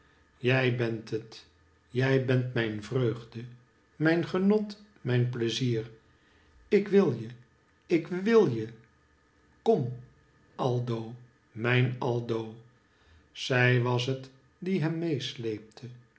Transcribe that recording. jij bent het jij bent mijn vreugde mijn genot mijn pleizier ik wil je ik wil je kom aldo mijn aldo zij was het die hem meesleepte